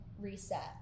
reset